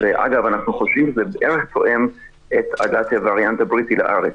אגב, זה תואם בערך את הגעת הווריאנט הבריטי לארץ,